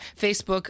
facebook